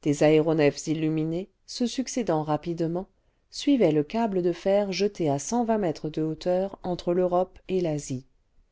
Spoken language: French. des aéronefs illuminées se succédant rapidement suivaient le câble de fer jeté à cent vingt mètres de hauteur entre l'europe et l'asie